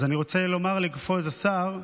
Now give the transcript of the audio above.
אז אני רוצה לומר לכבוד השר: